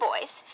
boys